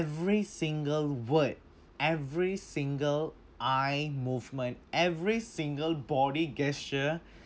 every single word every single eye movement every single body gesture